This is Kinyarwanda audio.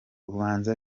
ubanza